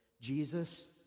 Jesus